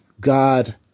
God